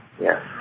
Yes